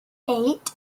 eight